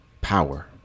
power